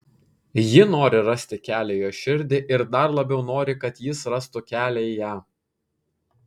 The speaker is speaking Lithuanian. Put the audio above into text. ji nori rasti kelią į jo širdį ir dar labiau nori kad jis rastų kelią į ją